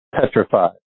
Petrified